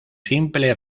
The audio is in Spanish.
simple